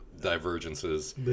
divergences